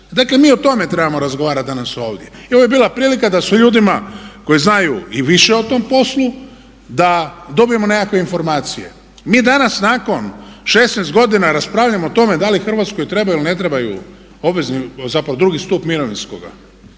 Dakle, mi o tome trebamo razgovarati danas ovdje. Ovo je bila prilika da s ljudima koji znaju i više o tom poslu da dobijemo nekakve informacije. Mi danas nakon 16 godina raspravljamo o tome da li Hrvatskoj trebaju ili ne trebaju obvezni zapravo drugi stup mirovinskoga.